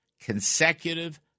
consecutive